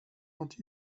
not